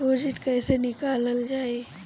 Deposit कैसे निकालल जाइ?